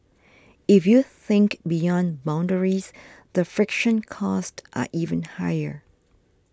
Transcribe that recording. if you think beyond boundaries the friction costs are even higher